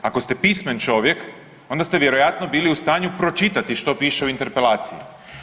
Ako ste pismen čovjek onda ste vjerojatno bili u stanu pročitati što piše u interpelaciji.